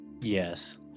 Yes